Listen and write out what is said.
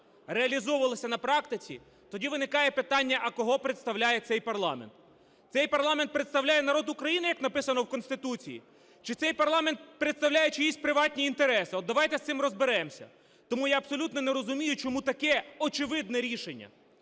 реалізовувалися на практиці, тоді виникає питання: а кого представляє цей парламент? Цей парламент представляє народ України, як написано в Конституції, чи цей парламент представляє чиїсь приватні інтереси? От давайте з цим розберемося. Тому я абсолютно не розумію, чому таке очевидне рішення,